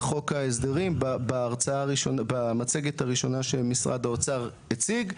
חוק ההסדרים במצגת הראשונה שמשרד האוצר הציג,